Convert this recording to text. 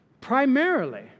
primarily